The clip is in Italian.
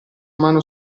mano